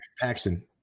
Paxton